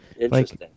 Interesting